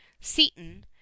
Seaton